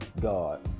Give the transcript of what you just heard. god